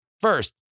First